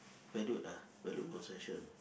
valued ah valued possession